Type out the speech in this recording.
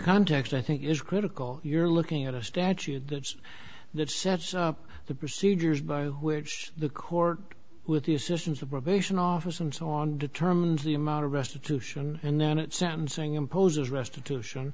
context i think is critical you're looking at a statute that says that sets up the procedures by which the court with the assistance of probation office and so on determines the amount of restitution and then at sentencing imposes restitution